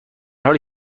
حالی